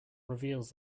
reveals